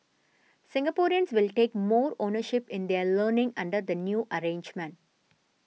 Singaporeans will take more ownership in their learning under the new arrangement